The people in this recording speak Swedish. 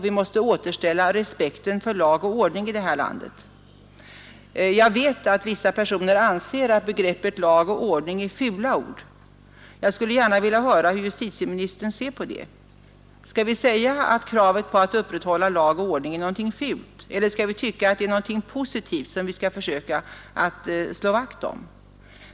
Vi måste återställa respekten för lag och ordning i det här landet. Jag vet att vissa personer anser att begreppet lag och ordning är fula ord. Jag skulle gärna vilja höra hur justitieministern ser på detta. Skall vi anse att kravet på att upprätthålla lag och ordning är någonting fult, eller skall vi tycka att det är någonting positivt, som vi skall slå vakt om?